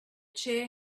chair